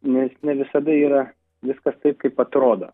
nes ne visada yra viskas taip kaip atrodo